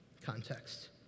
Context